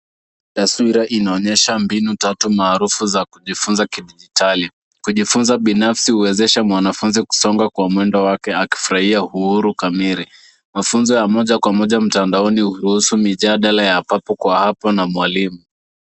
Taswira inaonyesha mbinu tatu maarufu za kujifunza kidijitali. Kujifunza binafsi huwezesha mwanafunzi kusonga kwa mwendo wake akifurahia uhuru kamili. Mafunzo ya moja kwa moja mtandaoni huruhusu mijadala ya papo kwa hapo na mwalimu.